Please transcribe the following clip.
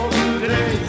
today